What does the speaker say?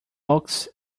oaks